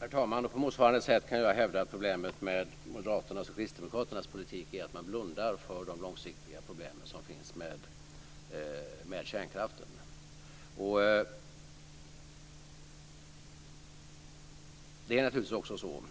Herr talman! På motsvarande sätt kan jag hävda att problemet med Moderaternas och Kristdemokraternas politik är att den blundar för de långsiktiga problemen med kärnkraften. Det är naturligtvis också så